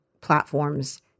platforms